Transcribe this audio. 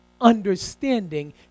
understanding